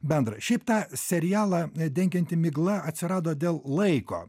bendra šiaip tą serialą dengianti migla atsirado dėl laiko